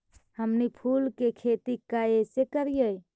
हमनी फूल के खेती काएसे करियय?